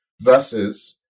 versus